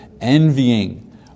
envying